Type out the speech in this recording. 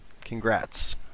Congrats